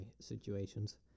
situations